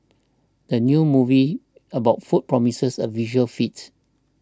the new movie about food promises a visual feat